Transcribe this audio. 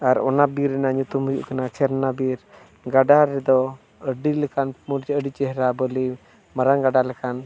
ᱟᱨ ᱚᱱᱟ ᱵᱤᱨ ᱨᱮᱱᱟᱜ ᱧᱩᱛᱩᱢ ᱫᱚ ᱦᱩᱭᱩᱜ ᱠᱟᱱᱟ ᱪᱷᱮᱨᱱᱟ ᱵᱤᱨ ᱜᱟᱰᱟ ᱨᱮᱫᱚ ᱟᱹᱰᱤ ᱞᱮᱠᱟᱱ ᱟᱹᱰᱤ ᱪᱮᱦᱨᱟ ᱵᱟᱹᱞᱤ ᱢᱟᱨᱟᱝ ᱜᱟᱰᱟ ᱞᱮᱠᱟᱱ